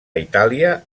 itàlia